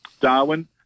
Darwin